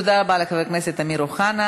תודה רבה לחבר הכנסת אמיר אוחנה.